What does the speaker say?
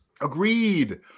Agreed